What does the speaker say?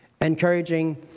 encouraging